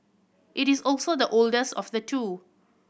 it is also the oldest of the two